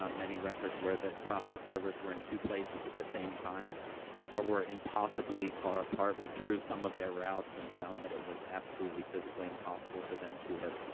um many records where the process servers were in two places at the same time or were impossibly far apart. we drew some of their routes and found that it was absolutely, physically impossible for them to have,